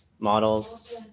models